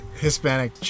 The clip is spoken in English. Hispanic